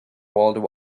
world